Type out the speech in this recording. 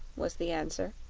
was the answer.